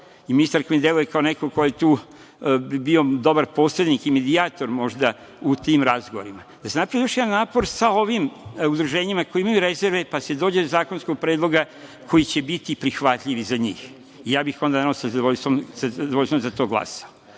ministarka mi deluje kao neko ko je tu dobar posrednik i medijator, možda, u tim razgovorima, da se napravi još jedan napor sa ovim udruženjima koji imaju rezerve, pa da se dođe do zakonskog predloga koji će biti prihvatljiv i za njih. Ja bih onda sa zadovoljstvom za to glasao.